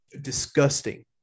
disgusting